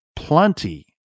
Plenty